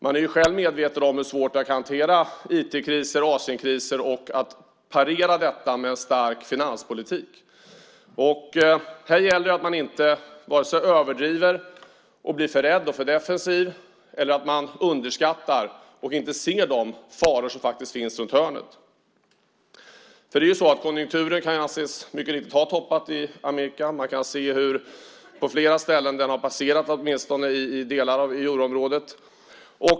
Man är själv medveten om hur svårt det kan vara att hantera IT-kriser och Asienkriser och att parera detta med en stark finanspolitik. Här gäller det att inte vare sig överdriva och bli för rädd och för defensiv eller att underskatta och inte se de faror som faktiskt finns runt hörnet. Det är ju så att konjunkturen mycket riktigt kan anses ha toppat i Amerika. Vi kan se hur den på flera ställen åtminstone har passerat i delar av euroområdet.